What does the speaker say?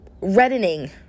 reddening